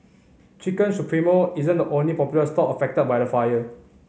Chicken Supremo isn't the only popular stall affected by the fire